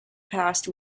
past